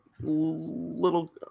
little